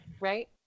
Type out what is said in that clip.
right